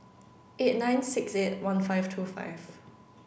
eight nine six eight one five two five